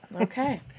Okay